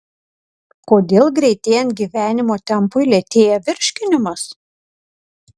kodėl greitėjant gyvenimo tempui lėtėja virškinimas